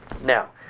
Now